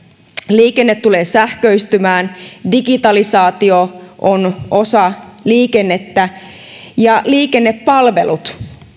liikenne tulee sähköistymään digitalisaatio on osa liikennettä ja liikennepalvelut